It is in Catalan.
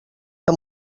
que